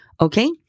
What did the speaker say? Okay